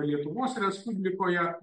lietuvos respublikoje